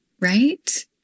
right